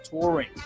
touring